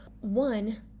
one